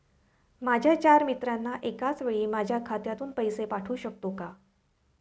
माझ्या चार मित्रांना एकाचवेळी माझ्या खात्यातून पैसे पाठवू शकतो का?